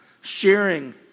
sharing